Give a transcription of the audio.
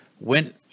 went